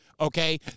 Okay